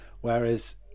whereas